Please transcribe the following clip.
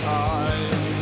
time